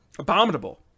abominable